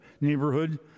neighborhood